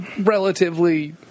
relatively